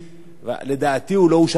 לדעתי, הוא לא אושר בממשלה.